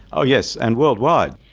oh yes, and worldwide.